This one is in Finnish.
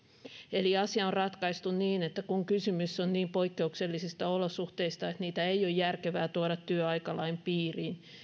eli asia on ratkaistu niin että kun kysymys on niin poikkeuksellisista olosuhteista että niitä ei ole järkevää tuoda työaikalain piiriin